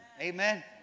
Amen